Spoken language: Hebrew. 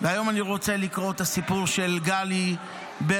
והיום אני רוצה לקרוא את הסיפור של גלי ברמן,